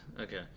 Okay